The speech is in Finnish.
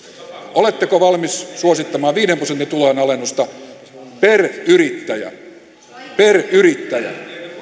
oletteko valmis suosittamaan viiden prosentin tulojen alennusta per yrittäjä per yrittäjä